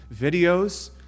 videos